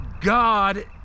God